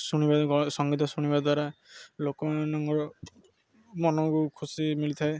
ଶୁଣିବା ସଙ୍ଗୀତ ଶୁଣିବା ଦ୍ୱାରା ଲୋକମାନଙ୍କର ମନକୁ ଖୁସି ମିଳିଥାଏ